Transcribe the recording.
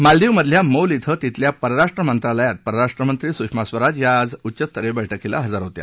मालदीवमधल्या मोल इथं तिथल्या परराष्ट्र मंत्रालयात परराष्ट्रमंत्री स्षमा स्वराज या आज उच्चस्तरीय बैठकीला हजर होत्या